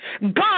God